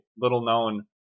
little-known